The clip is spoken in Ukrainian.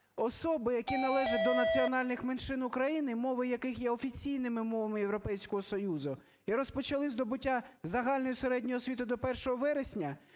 "Особи, які належать до національних меншин України, мови яких є офіційними мовами Європейського Союзу, і розпочали здобуття загальної і середньої освіти до 1 вересня…